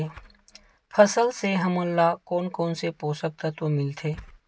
फसल से हमन ला कोन कोन से पोषक तत्व मिलथे?